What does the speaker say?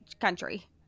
country